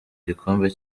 gikombe